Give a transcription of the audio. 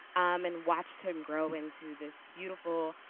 and watched him grow into this beautiful,